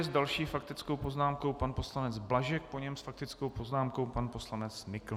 S další faktickou poznámkou pan poslanec Blažek, po něm s faktickou poznámkou pan poslanec Nykl.